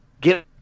get